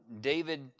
David